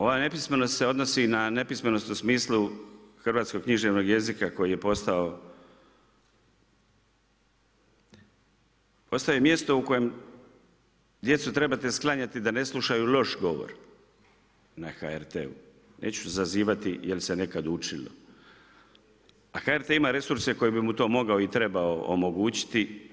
Ova nepismenost se odnosi na nepismenost u smislu hrvatskog književnog jezika koji je postao, postao je mjesto u kojem djecu trebate sklanjati da ne slušaju loš govor na HRT-u, neću zazivati jel' se nekada učilo a HRT ima resurse koji bi mu to mogao i trebao omogućiti.